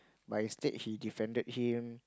but instead he defended him